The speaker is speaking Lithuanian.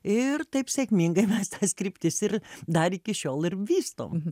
ir taip sėkmingai mes tas kryptis ir dar iki šiol ir vystom